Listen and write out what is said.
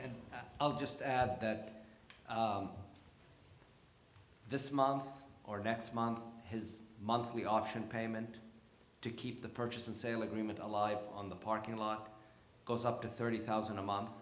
and i'll just add that this month or next month his monthly option payment to keep the purchase and sale agreement to live on the parking lot goes up to thirty thousand a mo